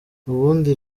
ubundi